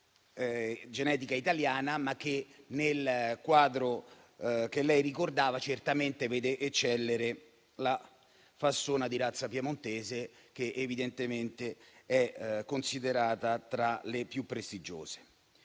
genetica italiana, che però nel quadro che lei ricordava certamente vede eccellere la Fassona di razza piemontese che evidentemente è considerata tra le più prestigiose.